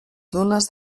dunes